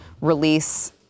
release